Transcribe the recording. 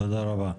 תודה רבה.